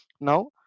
now